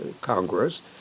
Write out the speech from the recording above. Congress